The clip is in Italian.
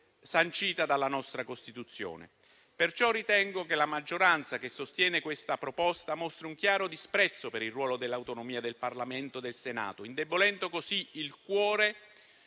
sancita dalla nostra Costituzione. Perciò ritengo che la maggioranza che sostiene questa proposta mostri un chiaro disprezzo per il ruolo e l'autonomia del Parlamento, indebolendo così il cuore